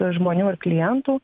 žmonių ar klientų